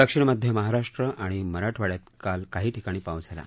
दक्षिण मध्य महाराष्ट्र आणि मराठवाड्यात काल काही ठिकाणी पाऊस झाला